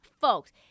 folks